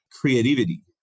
Creativity